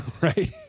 right